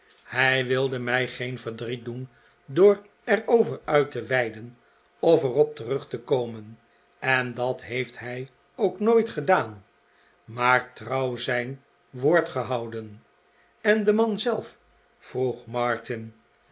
hij wilde mij geen verdriet doen door er over uit te weiden of er op terug te komen en dat heeft hij ook nooit gedaan maar trouw zijn woord gehouden en de man zelf vroeg martin